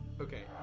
Okay